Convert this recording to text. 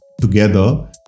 together